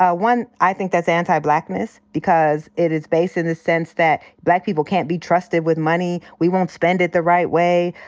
ah one, i think that's anti-blackness. because it is based in the sense that black people can't be trusted with money. we won't spend it the right way.